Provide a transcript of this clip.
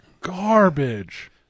garbage